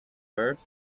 verbs